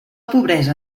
pobresa